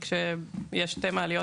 כשיש שתי מעליות,